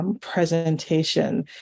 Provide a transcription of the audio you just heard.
Presentation